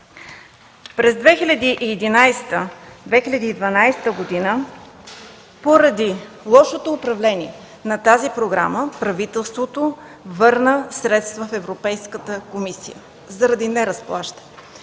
През 2011-2012 г. поради лошото управление на тази програма правителството върна средства в Европейската комисия заради неразплащане.